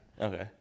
Okay